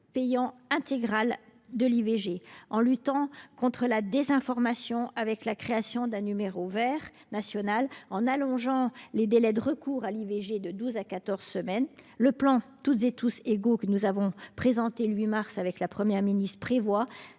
payant intégral de l’IVG, en luttant contre la désinformation, avec la création d’un numéro vert national, et en allongeant le délai de recours à l’IVG de douze à quatorze semaines. En outre, le plan « Toutes et tous égaux », que nous avons présenté le 8 mars dernier avec Mme la Première ministre, prévoit